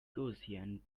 gaussian